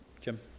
Jim